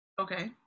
Okay